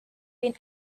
been